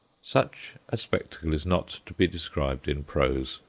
such a spectacle is not to be described in prose.